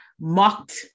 mocked